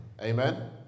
Amen